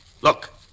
look